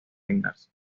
vengarse